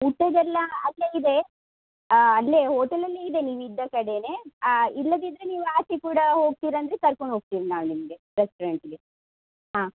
ಊಟದ್ದೆಲ್ಲ ಅಲ್ಲೇ ಇದೆ ಅಲ್ಲೇ ಹೋಟಲಲ್ಲೇ ಇದೆ ನೀವಿದ್ದ ಕಡೆಯೆ ಇಲ್ಲದಿದ್ದರೆ ನೀವು ಆಚೆ ಕೂಡ ಹೋಗ್ತೀರಂದರೆ ಕರ್ಕೊಂಡು ಹೋಗ್ತೀವಿ ನಾವು ನಿಮಗೆ ರೆಸ್ಟೊರೆಂಟಿಗೆ ಹಾಂ